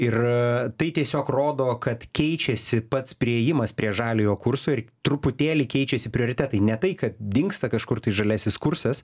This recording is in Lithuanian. ir tai tiesiog rodo kad keičiasi pats priėjimas prie žaliojo kurso ir truputėlį keičiasi prioritetai ne tai kad dingsta kažkur tai žaliasis kursas